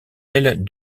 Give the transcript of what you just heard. aile